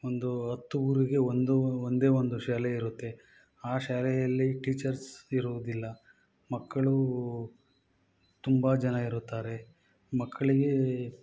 ಒಂದು ಹತ್ತು ಊರಿಗೆ ಒಂದು ಒಂದೇ ಒಂದು ಶಾಲೆ ಇರುತ್ತೆ ಆ ಶಾಲೆಯಲ್ಲಿ ಟೀಚರ್ಸ್ ಇರುವುದಿಲ್ಲ ಮಕ್ಕಳು ತುಂಬ ಜನ ಇರುತ್ತಾರೆ ಮಕ್ಕಳಿಗೆ